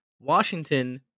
Washington